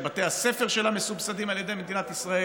שבתי הספר שלה מסובסדים על ידי מדינת ישראל,